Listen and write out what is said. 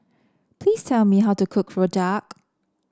please tell me how to cook Rojak